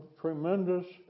tremendous